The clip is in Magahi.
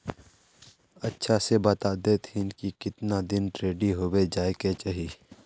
अच्छा से बता देतहिन की कीतना दिन रेडी होबे जाय के चही?